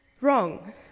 Wrong